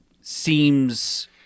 seems-